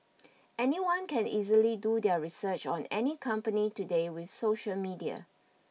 anyone can easily do their research on any company today with social media